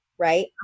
Right